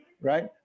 right